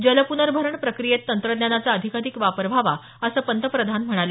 जलप्नर्भरण प्रक्रियेत तंत्रज्ञानाचा अधिकाधिक वापर व्हावा असं पंतप्रधान म्हणाले